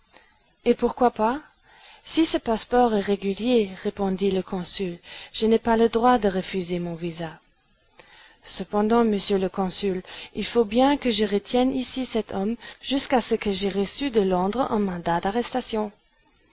et pourquoi pas si ce passeport est régulier répondit le consul je n'ai pas le droit de refuser mon visa cependant monsieur le consul il faut bien que je retienne ici cet homme jusqu'à ce que j'aie reçu de londres un mandat d'arrestation